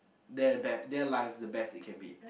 their best their lives the best it can be